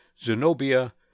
Zenobia